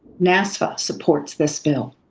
nafsa supports this bill.